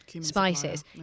spices